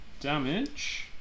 damage